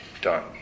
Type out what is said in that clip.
done